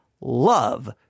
love